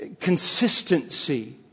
consistency